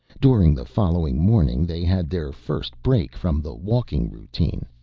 during the following morning they had their first break from the walking routine.